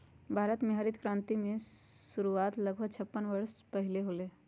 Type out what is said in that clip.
भारत में हरित क्रांति के शुरुआत लगभग छप्पन वर्ष पहीले होलय हल